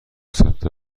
ثبت